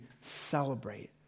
celebrate